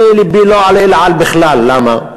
אני, לבי לא על "אל על" בכלל, למה?